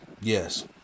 Yes